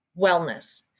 wellness